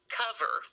cover